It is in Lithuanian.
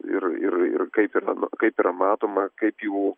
ir ir ir kaip ir kaip yra matoma kaip jų